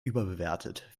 überbewertet